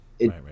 right